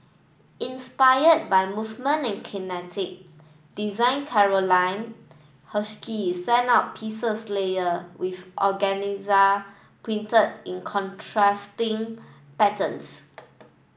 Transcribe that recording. inspired by movement and kinetic design Carolina Herrera sent out pieces layer with organza printed in contrasting patterns